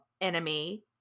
enemy